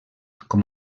com